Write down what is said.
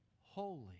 holy